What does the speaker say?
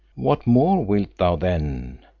what more wilt thou then?